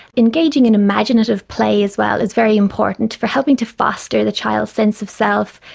engaging in imaginative play as well is very important for helping to foster the child's sense of self,